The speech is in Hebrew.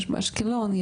יש באשקלון,